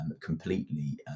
completely